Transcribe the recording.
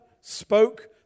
spoke